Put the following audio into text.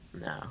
No